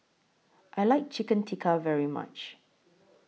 I like Chicken Tikka very much